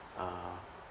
uh